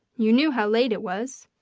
you knew how late it was.